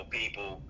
people